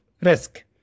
risk